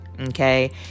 Okay